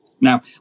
Now